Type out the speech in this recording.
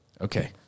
Okay